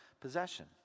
possession